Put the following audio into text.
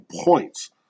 points